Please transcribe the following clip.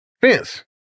fence